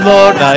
Lord